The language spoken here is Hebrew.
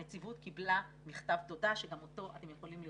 הנציבות קבלה מכתב תודה מהמתלוננת שגם אותו אתם יכולים לראות.